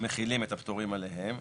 מחילים את הפטורים עליהם,